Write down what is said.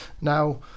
Now